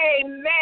Amen